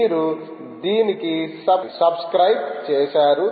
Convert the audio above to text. మీరు దీనికి సబ్స్క్రయిబ్ చేశారు